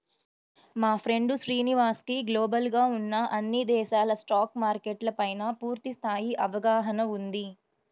మా ఫ్రెండు శ్రీనివాస్ కి గ్లోబల్ గా ఉన్న అన్ని దేశాల స్టాక్ మార్కెట్ల పైనా పూర్తి స్థాయి అవగాహన ఉంది